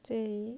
say